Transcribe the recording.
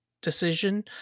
decision